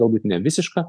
galbūt ne visišką